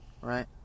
right